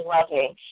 loving